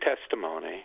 testimony